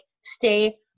stay